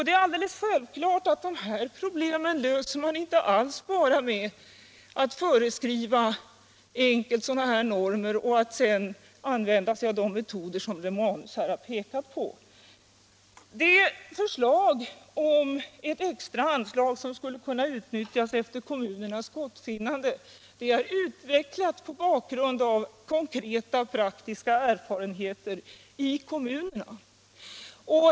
Det är alldeles självklart att de problemen löser man inte alls bara med att föreskriva normer och sedan använda sig av de metoder som herr Romanus har pekat på. Förslaget om ett extra anslag som skulle kunna utnyttjas efter kommunernas goda omdöme är utvecklat mot bakgrund av konkreta praktiska erfarenheter i kommunerna.